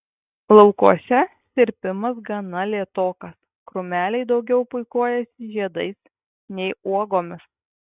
laukuose sirpimas gana lėtokas krūmeliai daugiau puikuojasi žiedais nei uogomis